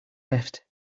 left